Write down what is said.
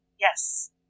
yes